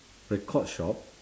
record shop